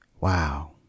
Wow